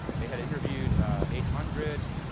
they had interviewed eight hundred.